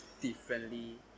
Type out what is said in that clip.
differently